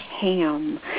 ham